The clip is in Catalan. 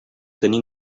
tenir